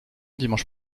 dimanche